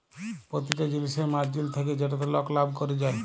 পতিটা জিলিসের মার্জিল থ্যাকে যেটতে লক লাভ ক্যরে যায়